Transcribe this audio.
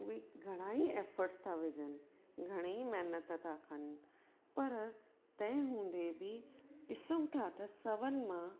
ओहि घणेई एफर्टस था विझनि घणेई महिनत त कनि पर तंहिं हुंदे बि डिसूं था